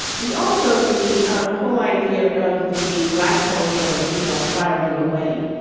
the also the the whole idea of the black soldier, you know, firing away,